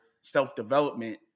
self-development